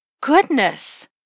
Goodness